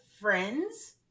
friends